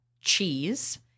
cheese